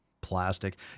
plastic